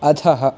अधः